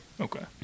Okay